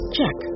Check